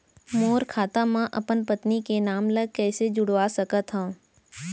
मोर खाता म अपन पत्नी के नाम ल कैसे जुड़वा सकत हो?